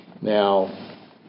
Now